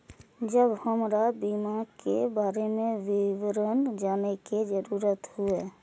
जब हमरा बीमा के बारे में विवरण जाने के जरूरत हुए?